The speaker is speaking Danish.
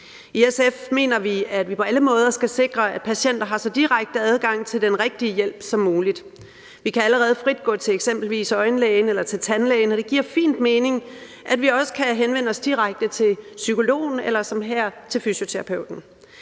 I SF mener vi, at vi på alle måder skal sikre, at patienter har så direkte adgang til den rigtige hjælp som muligt. Vi kan allerede frit gå til eksempelvis øjenlægen eller til tandlægen, og det giver fint mening, at vi også kan henvende os direkte til psykologen eller, som her,